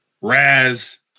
Raz